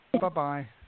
Bye-bye